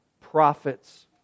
prophets